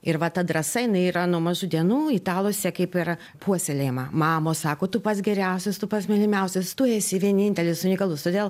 ir va ta drąsa jinai yra nuo mažų dienų italuose kaip ir puoselėjama mamos sako tu pats geriausias tu pats mylimiausias tu esi vienintelis unikalus todėl